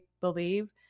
believe